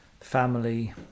family